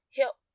help